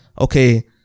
okay